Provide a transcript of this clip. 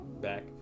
back